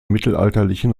mittelalterlichen